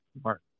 smart